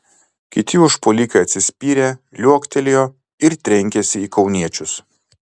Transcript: kiti užpuolikai atsispyrę liuoktelėjo ir trenkėsi į kauniečius